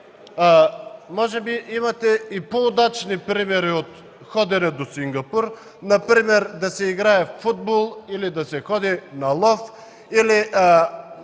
Може би имате и по-удачни примери от ходене до Сингапур. Например да се играе футбол или да се ходи на лов, или